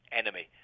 enemy